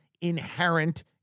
inherent